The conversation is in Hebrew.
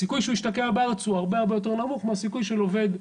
הסיכוי שהוא ישתקע בארץ הוא הרבה-הרבה יותר נמוך מהסיכוי של עובד סיעוד,